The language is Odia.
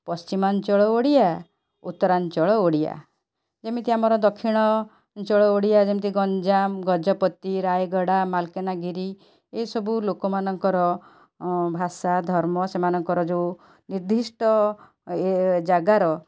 ପଶ୍ଚିମାଞ୍ଚଳ ଓଡ଼ିଆ ଉତ୍ତରାଞ୍ଚଳ ଓଡ଼ିଆ ଏମିତି ଆମର ଦକ୍ଷିଣ ଅଞ୍ଚଳ ଓଡ଼ିଆ ଯେମିତି ଗଞ୍ଜାମ ଗଜପତି ରାୟଗଡ଼ା ମାଲକାନଗିରି ଏସବୁ ଲୋକମାନଙ୍କର ଭାଷା ଧର୍ମ ସେମାନଙ୍କର ଯେଉଁ ନିର୍ଦ୍ଦିଷ୍ଟ ଏ ଜାଗାର